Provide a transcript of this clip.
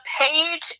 page